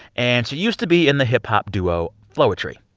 and she used to be in the hip-hop duo floetry.